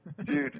Dude